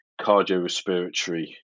cardiorespiratory